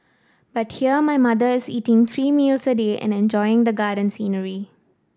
but here my mother is eating three meals a day and enjoying the garden scenery